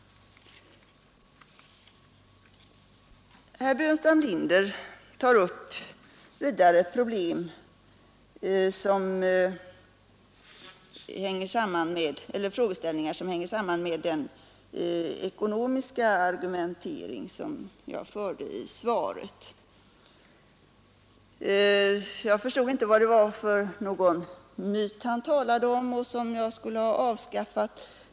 Herr Burenstam Linder tar vidare upp frågeställningar som hänger samman med den ekonomiska argumentering jag förde i svaret. Jag förstod inte vad det var för myt han talade om och som jag skulle ha avskaffat.